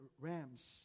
rams